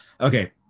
Okay